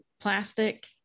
plastic